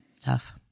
tough